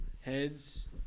Heads